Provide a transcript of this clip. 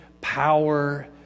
power